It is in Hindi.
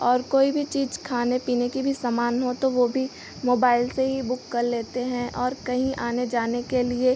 और कोई भी चीज़ खाने पीने की भी सामान हो तो वह भी मोबाइल से ही बुक कर लेते हैं और कहीं आने जाने के लिए